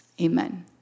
Amen